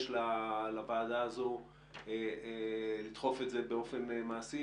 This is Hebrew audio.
לוועדה הזאת לדחוף את זה באופן מעשי.